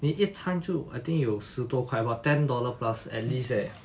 你一餐就有 I think 有十多块 about ten dollar plus at least leh